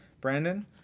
Brandon